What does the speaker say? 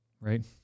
Right